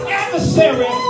adversary